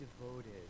devoted